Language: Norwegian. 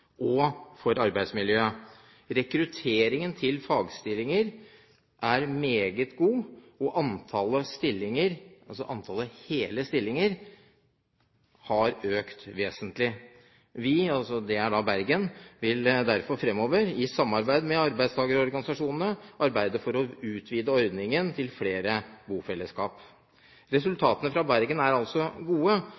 og for arbeidsmiljøet. Rekruttering til fagstillinger er meget god og antallet hele stillinger er økt vesentlig. Vi» – det er da Bergen – «vil derfor framover, i samarbeid med arbeidstakerorganisasjonene, arbeide for å utvide ordningen til flere bofellesskap».